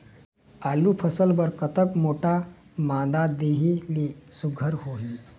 आलू फसल बर कतक मोटा मादा देहे ले सुघ्घर होही?